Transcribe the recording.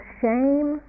shame